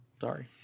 Sorry